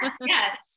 yes